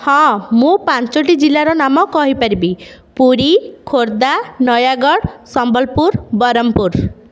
ହଁ ମୁଁ ପାଞ୍ଚଟି ଜିଲ୍ଲାର ନାମ କହିପାରିବି ପୁରୀ ଖୋର୍ଦ୍ଧା ନୟାଗଡ଼ ସମ୍ବଲପୁର ବ୍ରହ୍ମପୁର